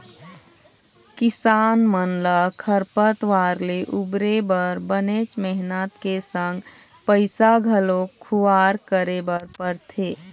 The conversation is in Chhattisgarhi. किसान मन ल खरपतवार ले उबरे बर बनेच मेहनत के संग पइसा घलोक खुवार करे बर परथे